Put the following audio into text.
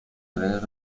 trenes